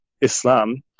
Islam